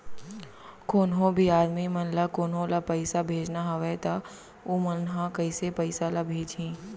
कोन्हों भी आदमी मन ला कोनो ला पइसा भेजना हवय त उ मन ह कइसे पइसा ला भेजही?